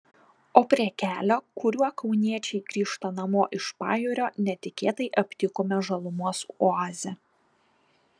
o prie kelio kuriuo kauniečiai grįžta namo iš pajūrio netikėtai aptikome žalumos oazę